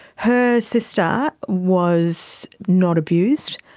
her sister was not abused.